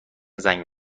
زنگ